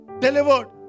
delivered